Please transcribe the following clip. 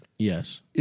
Yes